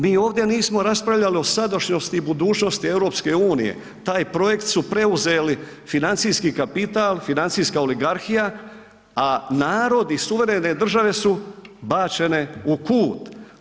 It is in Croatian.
Mi ovdje nismo raspravljali o sadašnjosti i budućnosti EU, taj projekt su preuzeli financijski kapital, financijska oligarhija, a narod i suverene države su bačene u kut.